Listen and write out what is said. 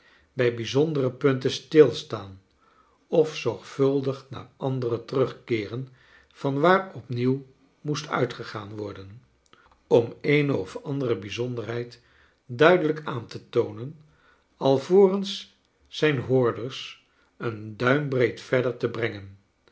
bij bijzondcre punten stilslaan of zorgvuldig naar andcre terugkeeren van waar opnieuw moest uitgegaan worden om eene of andere bijzonderheid duidelijk aan te toonen alvorens zijn hoordors een duimbreed verder te brengen